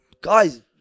guys